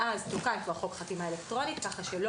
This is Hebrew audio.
מאז תוקן כבר חוק חתימה אלקטרונית כך שלא